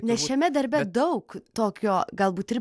nes šiame darbe daug tokio galbūt ir